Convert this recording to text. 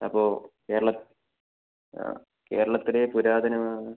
അപ്പോൾ കേരളം ആ കേരളത്തിലെ പുരാതനമായ